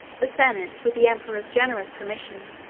the senate, with the emperor's generous permission,